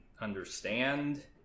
understand